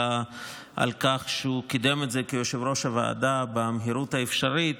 אלא על כך שהוא קידם את זה כיושב-ראש הוועדה במהירות האפשרית